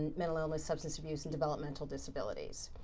mental illness, substance abuse and developmental disabilities.